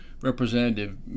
Representative